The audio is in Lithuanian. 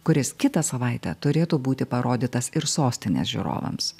kuris kitą savaitę turėtų būti parodytas ir sostinės žiūrovams